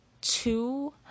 two